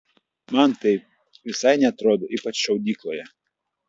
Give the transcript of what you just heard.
man taip visai neatrodo ypač šaudykloje